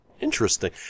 Interesting